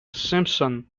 simpson